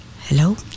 Hello